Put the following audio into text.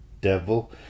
Devil